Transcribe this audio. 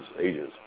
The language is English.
ages